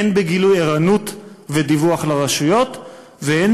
הן בגילוי ערנות ודיווח לרשויות והן